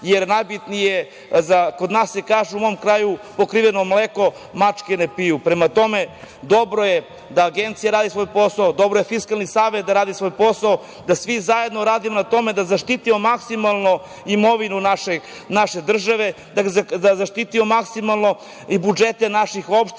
jer najbitnije, kod nas u mom kraju se kaže – pokriveno mleko mačke ne piju. Prema tome, dobro je da Agencija radi svoj posao, dobro je da Fiskalni savet radi svoj posao, da svi zajedno radimo na tome da zaštitimo maksimalno imovinu naše države, da zaštitimo maksimalno i budžete naših opština,